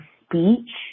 speech